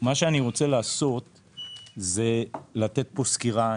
אני רוצה לתת פה סקירה.